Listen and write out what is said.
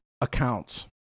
accounts